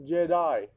Jedi